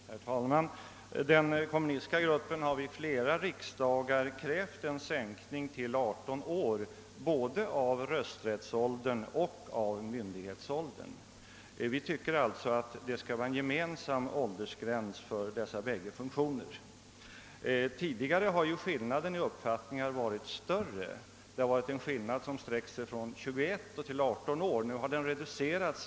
Herr talman! Den kommunistiska gruppen har vid flera riksdagar krävt en sänkning till 18 år av både rösträttsåldern och myndighetsåldern. Vi tycker att det bör vara en gemensam åldersgräns för dessa bägge funktioner. Tidigare har skillnaden i uppfattning varit större. Den har sträckt sig från 21 år till 18 år.